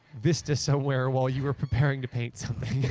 vista somewhere while you were preparing to paint so